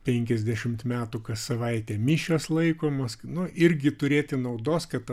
penkiasdešimt metų kas savaitę mišios laikomos nu irgi turėti naudos kad